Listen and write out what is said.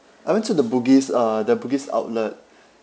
I went to the bugis uh the bugis outlet